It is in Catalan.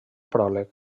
pròleg